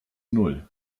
null